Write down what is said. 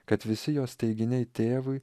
kad visi jos teiginiai tėvui